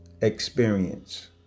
experience